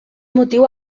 motiu